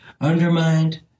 undermined